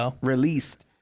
released